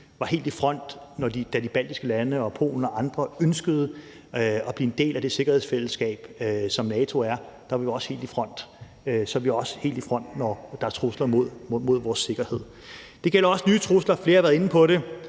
side var helt i front, da de baltiske lande, Polen og andre lande ønskede at blive en del af det sikkerhedsfællesskab, som NATO er, så er vi også helt i front, når der er trusler mod vores sikkerhed. Det gælder også nye trusler. Flere har været inde på dem: